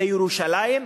זה ירושלים.